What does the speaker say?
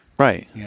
Right